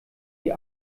die